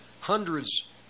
hundreds